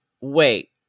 wait